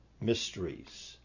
mysteries